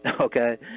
Okay